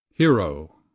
Hero